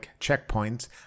checkpoints